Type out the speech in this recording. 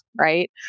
right